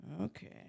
okay